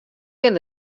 bin